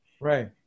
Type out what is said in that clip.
Right